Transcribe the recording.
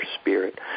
spirit